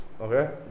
okay